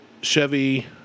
Chevy